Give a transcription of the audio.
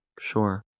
Sure